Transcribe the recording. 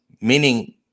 meaning